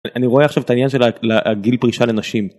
אני רואה עכשיו את העניין של הגיל פרישה לנשים.